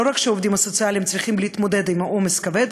לא רק שהעובדים הסוציאליים צריכים להתמודד עם עומס כבד,